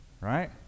right